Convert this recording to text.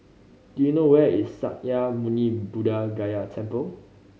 do you know where is Sakya Muni Buddha Gaya Temple